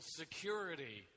security